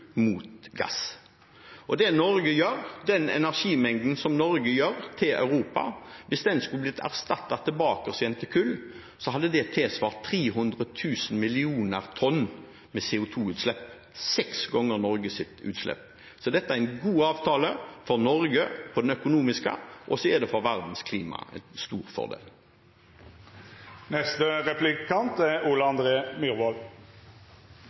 mot gass. Hvis den energimengden fra Norge som går til Europa, skulle bli erstattet med kull igjen, hadde det tilsvart 300 000 millioner tonn CO 2 -utslipp, seks ganger Norges utslipp. Så dette er en god avtale for Norge, økonomisk, og det er en stor fordel for verdens klima.